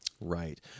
Right